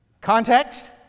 Context